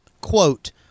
quote